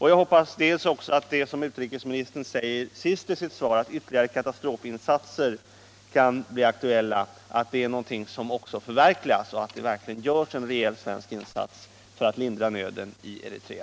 Jag hoppas också att vad utrikesministern säger sist i sitt svar, att vidare katastrofinsatser kan bli aktuella, även förverkligas och att det görs en rejäl svensk insats för att lindra nöden i Eritrea.